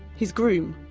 his groom,